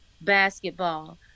basketball